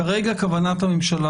כרגע כוונת הממשלה,